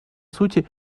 сути